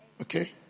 Okay